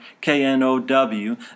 K-N-O-W